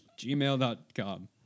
gmail.com